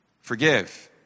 forgive